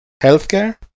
healthcare